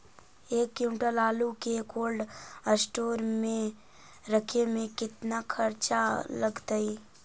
एक क्विंटल आलू के कोल्ड अस्टोर मे रखे मे केतना खरचा लगतइ?